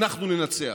אנחנו ננצח.